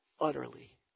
utterly